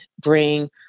bring